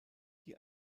die